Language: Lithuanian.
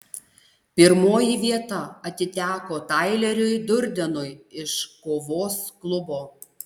pirmoji vieta atiteko taileriui durdenui iš kovos klubo